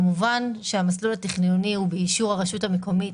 כמובן שהמסלול התכנוני הוא באישור הרשות המקומית,